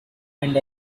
and